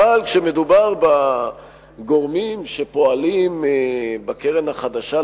אבל כשמדובר בגורמים שפועלים בקרן החדשה,